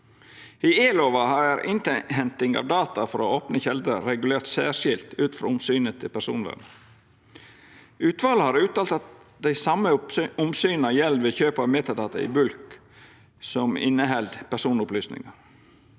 I e-lova er innhenting av data frå opne kjelder regulert særskilt ut frå omsynet til personvern. Utvalet har uttalt at dei same omsyna gjeld ved kjøp av metadata i bulk som inneheld personopplysningar.